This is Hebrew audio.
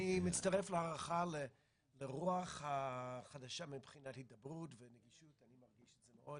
מצטרף להערכה לרוח החדשה מבחינת הידברות ונגישות אני מרגיש את זה מאוד